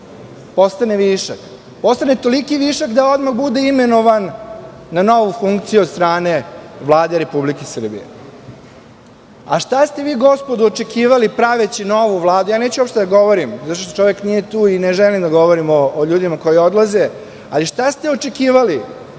postane višak. Postane toliki višak, da odmah bude imenovan na novu funkciju od strane Vlade Republike Srbije. Šta ste vi, gospodo, očekivali praveći novu Vladu? Neću uopšte da govorim zato što čovek nije tu i ne želim da govorim o ljudima koji odlaze, ali šta ste očekivali